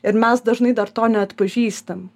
ir mes dažnai dar to neatpažįstam